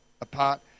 apart